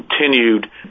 continued